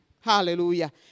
Hallelujah